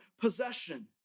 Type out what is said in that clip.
possession